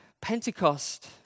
Pentecost